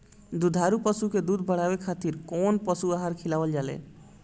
दुग्धारू पशु के दुध बढ़ावे खातिर कौन पशु आहार खिलावल जाले?